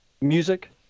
music